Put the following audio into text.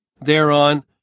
thereon